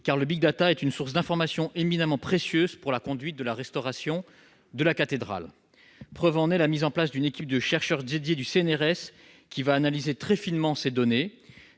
le big data est une source d'informations éminemment précieuse pour la conduite de la restauration de la cathédrale. Preuve en est la mise en place d'une équipe de chercheurs dédiée du CNRS, qui va analyser très finement ces données.